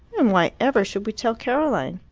and why ever should we tell caroline?